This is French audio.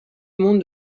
monde